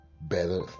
better